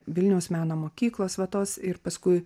vilniaus meno mokyklos va tos ir paskui